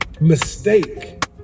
Mistake